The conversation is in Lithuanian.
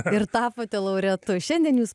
ir tapote laureatu šiandien jūs